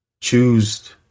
choose